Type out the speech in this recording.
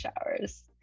showers